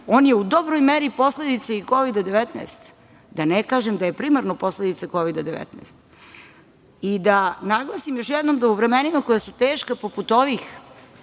on je u dobroj meri i posledica Kovida - 19, da ne kažem da je primarno posledica Kovida - 19 i da naglasim još jednom da u vremenima koja su teška poput ovih,